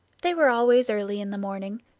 they were always early in the morning,